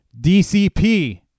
dcp